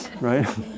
right